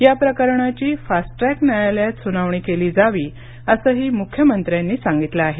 या प्रकरणाची fast track न्यायालयात सुनावणी केली जावी असंही मुख्यमंत्र्यांनी सांगितलं आहे